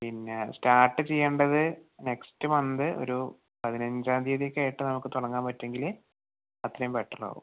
പിന്നെ സ്റ്റാർട്ട് ചെയ്യണ്ടത് next month ഒരു പതിനഞ്ചാം തീയ്യതി ഒക്കെ ആയിട്ട് നമുക്ക് തുടങ്ങാൻ പറ്റുവെങ്കില് അത്രയും പെട്ടെന്ന് ആവും